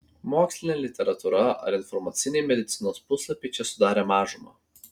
mokslinė literatūra ar informaciniai medicinos puslapiai čia sudarė mažumą